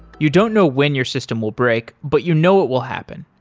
you don't know when your system will break, but you know it will happen.